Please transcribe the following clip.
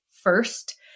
first